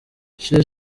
cher